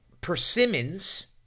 persimmons